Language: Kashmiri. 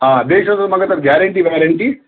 آ بیٚیہِ چھُس نہَ تتھ گیرنٹی ویرنٹی